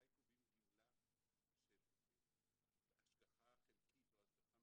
מתי קובעים גמלה של השגחה חלקית או השגחה